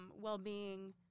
well-being